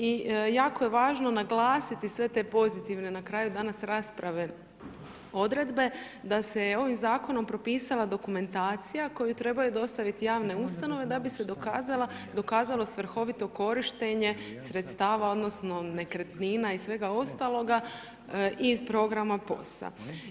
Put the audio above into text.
I jako je važno naglasiti sve te pozitivne na kraju, danas rasprave, odredbe, da se je ovim zakonom propisala dokumentacija, koju trebaju dostaviti javne ustanove, da bi se dokazalo svrhovito korištenje sredstava, odnosno, nekretnine i svega ostaloga iz programa POS-a.